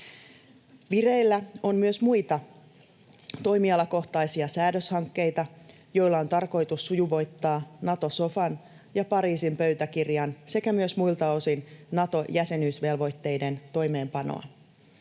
Vireillä on myös muita, toimialakohtaisia säädöshankkeita, joilla on tarkoitus sujuvoittaa Nato-sofan ja Pariisin pöytäkirjan sekä myös muilta osin Nato-jäsenyysvelvoitteiden toimeenpanoa.